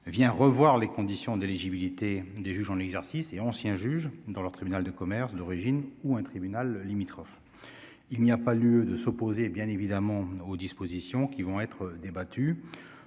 vient revoir les conditions d'éligibilité des juges, l'exercice et ancien juge dans le tribunal de commerce d'origine ou un tribunal limitrophes, il n'y a pas lieu de s'opposer et bien évidemment aux dispositions qui vont être débattus,